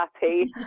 happy